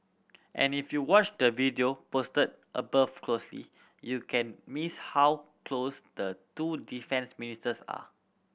and if you watch the video posted above closely you can miss how close the two defence ministers are